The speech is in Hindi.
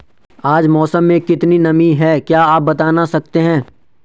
आज मौसम में कितनी नमी है क्या आप बताना सकते हैं?